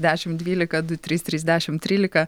dešimt dvylika du trys trys dešimt trylika